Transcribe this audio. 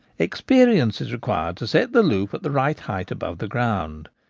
experience is required to set the loop at the right height above the ground.